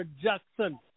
Jackson